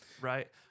right